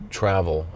travel